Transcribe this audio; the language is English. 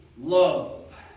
love